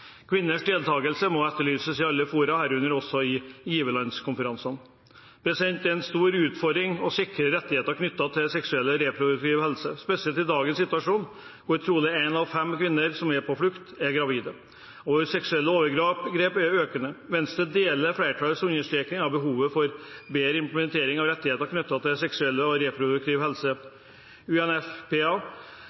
Kvinners deltakelse må etterlyses i alle fora, herunder også i giverlandskonferansene. Det er en stor utfordring å sikre rettigheter knyttet til seksuell og reproduktiv helse – spesielt i dagens situasjon, hvor trolig én av fem kvinner som er på flukt, er gravide, og hvor seksuelle overgrep er økende. Venstre deler flertallets understreking av behovet for bedre implementering av rettigheter knyttet til seksuell og reproduktiv helse. UNFPA